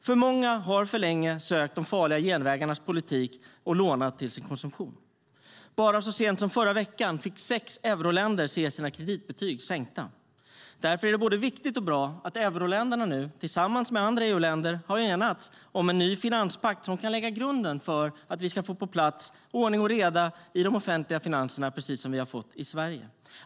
För många har för länge sökt de farliga genvägarnas politik och lånat till sin konsumtion. Bara så sent som förra veckan fick sex euroländer se sina kreditbetyg sänkta. Därför är det både viktigt och bra att euroländerna tillsammans med andra EU-länder har enats om en ny finanspakt som kan lägga grunden för att få ordning och reda i de offentliga finanserna, precis som vi har fått i Sverige.